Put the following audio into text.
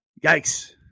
yikes